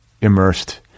immersed